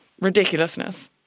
ridiculousness